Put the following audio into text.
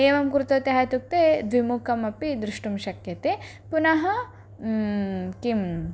एवं कुरुतत्यः इत्युक्ते द्विमुखमपि द्रष्टुं शक्यते पुनः किम्